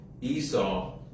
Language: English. Esau